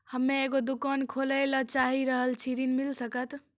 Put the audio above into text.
हम्मे एगो दुकान खोले ला चाही रहल छी ऋण मिल सकत?